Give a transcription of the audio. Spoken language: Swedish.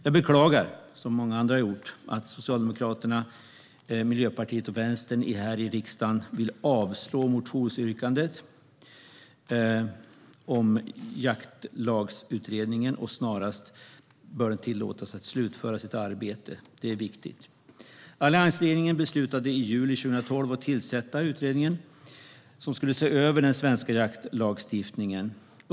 Jag beklagar, som många andra har gjort, att Socialdemokraterna, Miljöpartiet och Vänsterpartiet här i riksdagen vill avslå motionsyrkandet om att Jaktlagsutredningen snarast bör tillåtas slutföra sitt arbete. Det är viktigt. Alliansregeringen beslutade i juli 2012 att man skulle tillsätta utredningen, som skulle se över den svenska jaktlagstiftningen.